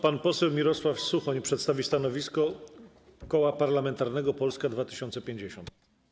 Pan poseł Mirosław Suchoń przedstawi stanowisko Koła Parlamentarnego Polska 2050.